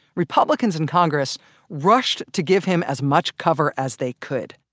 republicans in congress rushed to give him as much cover as they could.